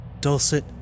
dulcet